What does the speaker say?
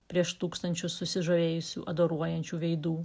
prieš tūkstančius susižavėjusių adoruojančių veidų